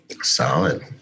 solid